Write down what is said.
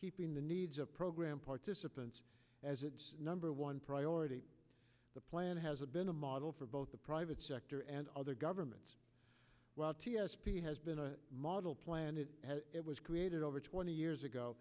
keeping the needs of program participants as its number one priority the plan has been a model for both the private sector and other government while t s p has been a model planet it was created over twenty years ago